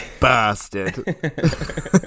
bastard